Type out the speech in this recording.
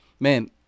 Man